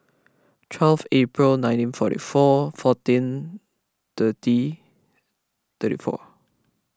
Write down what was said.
twelve April nineteen forty four fourteen thirty thirty four